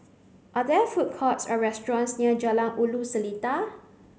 are there food courts or restaurants near Jalan Ulu Seletar